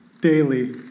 daily